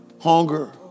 hunger